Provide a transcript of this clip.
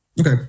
Okay